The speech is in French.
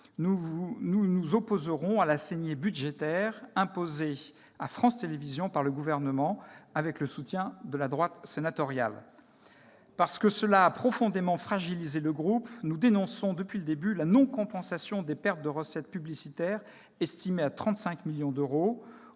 nous nous opposerons à la saignée budgétaire imposée à France Télévisions par le Gouvernement avec le soutien de la droite sénatoriale. Parce que cela a profondément fragilisé le groupe, nous dénonçons depuis le début la non-compensation des pertes de recettes publicitaires, estimées à 35 millions d'euros,